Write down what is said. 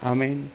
Amen